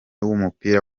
w’umupira